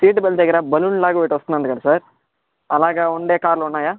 seat belt దగ్గర balloon లాగా ఒకటొస్తందంట కద సార్ అలాగ ఉండే కార్లు ఉన్నాయా